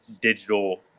digital